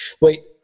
Wait